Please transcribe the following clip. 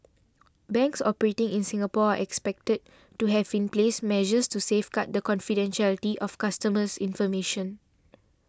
banks operating in Singapore are expected to have in place measures to safeguard the confidentiality of customers information